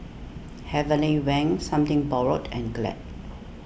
Heavenly Wang Something Borrowed and Glad